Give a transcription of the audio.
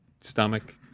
stomach